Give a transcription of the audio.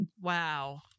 Wow